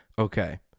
Okay